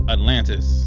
Atlantis